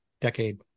decade